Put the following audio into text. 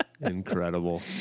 Incredible